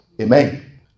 Amen